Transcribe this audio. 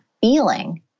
feeling